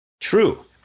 True